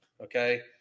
Okay